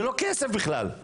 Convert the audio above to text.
זה לא כסף בכלל.